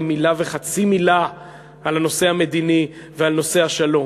מילה וחצי מילה על הנושא המדיני ועל נושא השלום.